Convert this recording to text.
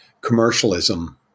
commercialism